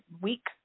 week